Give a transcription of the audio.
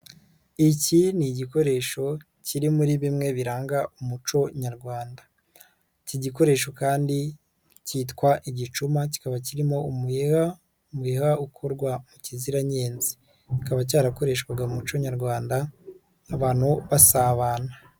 Iki ni igikoresho kiri muri bimwe biranga umuco Nyarwanda iki gikoresho kandi cyitwa igicuma, kikaba kirimo umuheha, umuheha ukorwa mu kiziranyenge, kikaba cyarakoreshwaga mu muco Nyarwanda abantu basabana.